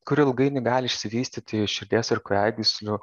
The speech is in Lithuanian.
kuri ilgainiui gali išsivystyti į širdies ir kraujagyslių